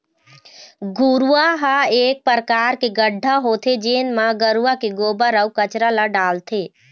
घुरूवा ह एक परकार के गड्ढ़ा होथे जेन म गरूवा के गोबर, अउ कचरा ल डालथे